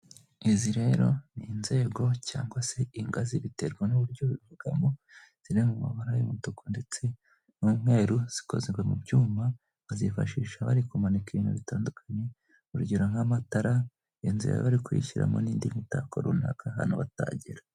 Izi rero ni inzego cyangwa se ingazi biterwa n'uburyo ubivugamo, ziri mu mabara y'umutuku ndetse n'umweru, zikozwe mu byuma bazifashisha bari kumanika ibintu bitandukanye, urugero nk'amatara, inzira bari kuyishyiramo n'indi mitako runaka hano batagera.